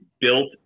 built